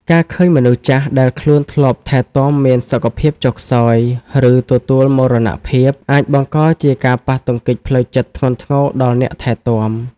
ការឃើញមនុស្សចាស់ដែលខ្លួនធ្លាប់ថែទាំមានសុខភាពចុះខ្សោយ ឬទទួលមរណភាព អាចបង្កជាការប៉ះទង្គិចផ្លូវចិត្តធ្ងន់ធ្ងរដល់អ្នកថែទាំ។